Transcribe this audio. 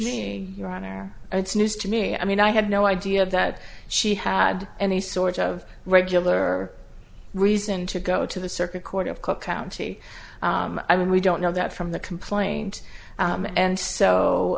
change your honor it's news to me i mean i had no idea that she had any sort of regular reason to go to the circuit court of cook county i mean we don't know that from the complaint and so